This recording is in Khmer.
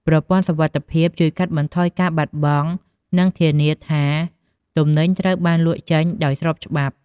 ប្រព័ន្ធសុវត្ថិភាពជួយកាត់បន្ថយការបាត់បង់ និងធានាថាទំនិញត្រូវបានលក់ចេញដោយស្របច្បាប់។